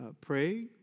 pray